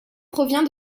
provient